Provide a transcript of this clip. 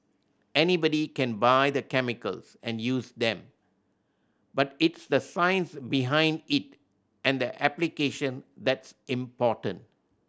anybody can buy the chemicals and use them but it's the science behind it and the application that's important